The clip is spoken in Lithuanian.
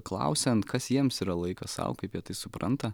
klausiant kas jiems yra laikas sau kaip jie tai supranta